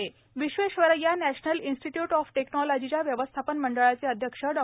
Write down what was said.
जामदार निधन Visvesvaraya national institute of टेक्नॉलॉजीच्या व्यवस्थापन मंडळाचे अध्यक्ष डॉ